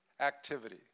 activity